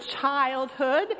childhood